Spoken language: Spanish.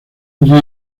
judíos